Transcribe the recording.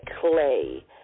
clay